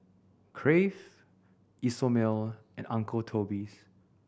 Crave Isomil and Uncle Toby's